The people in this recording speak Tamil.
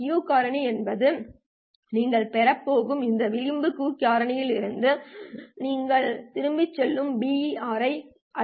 Q காரணி என்பது நீங்கள் பெறப் போகும் இந்த விளிம்பு Q காரணியிலிருந்து நீங்கள் திரும்பிச் சென்று BER ஐ அளவிடலாம்